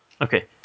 Okay